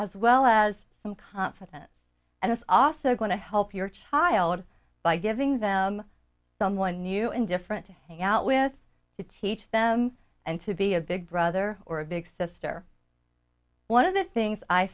as well as confidence and it's also going to help your child by giving them someone new and different to hang out with teach them and to be a big brother or a big sister one of the things i